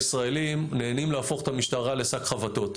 אנחנו הישראלים נהנים להפוך את המשטרה לשק חבטות,